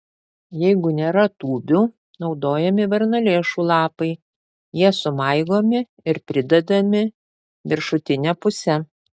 jeigu nėra tūbių naudojami varnalėšų lapai jie sumaigomi ir pridedami viršutine puse